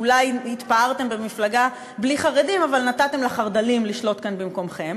אולי התפארתם במפלגה בלי חרדים אבל נתתם לחרד"לים לשלוט כאן במקומכם.